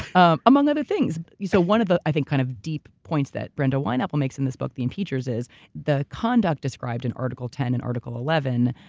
um among other things. so one of the, i think, kind of deep points that brenda wineapple makes in this book, the impeachers, is the conduct described in article ten and article eleven.